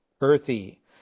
earthy